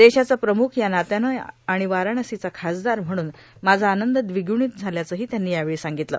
देशाचा प्रमुख या नात्यानं आणि वाराणसीचा खासदार म्हणून माझा आनंद द्विगुणीत झाल्याचंही त्यांनी यावेळी सांगितलं